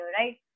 right